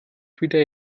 wieder